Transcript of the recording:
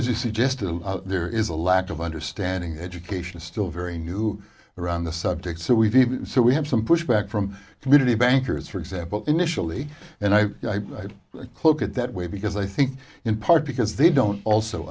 you suggested there is a lack of understanding that education is still very new around the subject so we've even so we have some pushback from community bankers for example initially and i cloak it that way because i think in part because they don't also